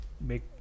make